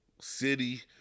city